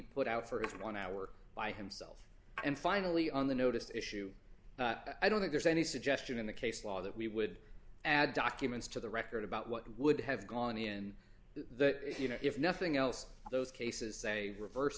put out for a one hour by himself and finally on the noticed issue i don't think there's any suggestion in the case law that we would add documents to the record about what would have gone in the you know if nothing else those cases say reverse